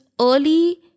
early